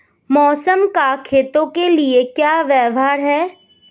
मौसम का खेतों के लिये क्या व्यवहार है?